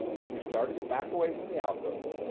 she started to back away from the alcove,